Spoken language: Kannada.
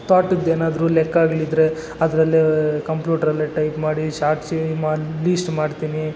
ತೋಟದ್ ಏನಾದರೂ ಲೆಕ್ಕಗಳಿದ್ದರೆ ಅದರಲ್ಲೇ ಕಂಪ್ಯೂಟ್ರಲ್ಲೇ ಟೈಪ್ ಮಾಡಿ ಶಾಟ್ ಲೀಸ್ಟ್ ಮಾಡ್ತೀನಿ